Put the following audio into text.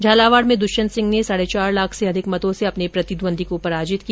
झालावाड में दृष्यंत सिंह ने साढे चार लाख से अधिक मतों से अपने प्रतिद्वंदी पराजित किया